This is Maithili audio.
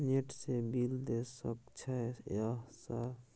नेट से बिल देश सक छै यह सर?